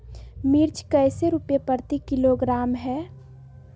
मिर्च कैसे रुपए प्रति किलोग्राम है?